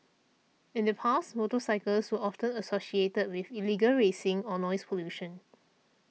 in the past motorcycles were often associated with illegal racing or noise pollution